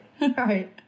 right